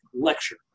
lecture